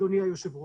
אדוני היושב ראש.